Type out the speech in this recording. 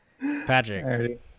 patrick